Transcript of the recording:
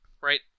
Right